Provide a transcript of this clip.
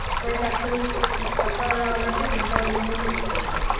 తక్కువ అయ్యేటట్టు నీకు తక్కువలో రావాలంటే పెంట్హౌస్లో దొరుకుతుంది మరి